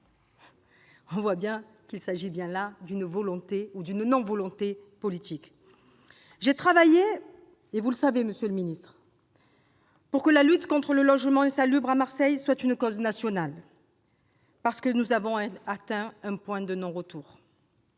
On voit bien qu'il s'agit là d'une absence de volonté politique. J'ai travaillé, comme vous le savez, monsieur le ministre, pour que la lutte contre le logement insalubre à Marseille devienne une cause nationale, parce que nous avons atteint un point de non-retour.